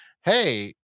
hey